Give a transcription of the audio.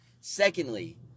Secondly